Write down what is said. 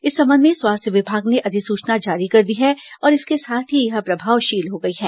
इस संबंध में स्वास्थ्य विभाग ने अधिसूचना जारी कर दी है और इसके साथ ही यह प्रभावशील हो गई है